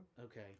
Okay